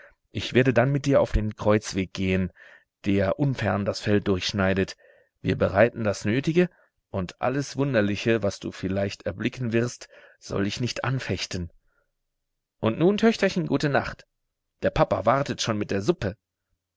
ich werde dann mit dir auf den kreuzweg gehen der unfern das feld durchschneidet wir bereiten das nötige und alles wunderliche was du vielleicht erblicken wirst soll dich nicht anfechten und nun töchterchen gute nacht der papa wartet schon mit der suppe